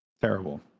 terrible